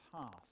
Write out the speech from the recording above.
task